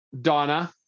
donna